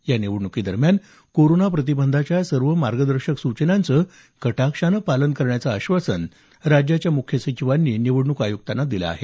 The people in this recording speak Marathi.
या निवडण्कीदरम्यान कोरोना प्रतिबंधाच्या सर्व मार्गदर्शक सूचनांचं कटाक्षानं पालन करण्याचं आश्वासन राज्याच्या मुख्य सचिवांनी निवडणूक आयुक्तांना दिलं आहे